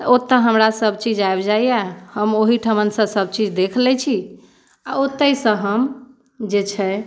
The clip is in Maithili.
तऽ ओतय हमरा सभचीज आबि जाइए हम ओहीठिमनसँ सभचीज देख लैत छी आ ओतहिसँ हम जे छै